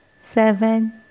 seven